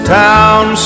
town